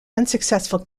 unsuccessful